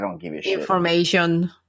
information